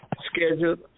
scheduled